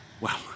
Wow